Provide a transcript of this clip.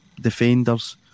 defenders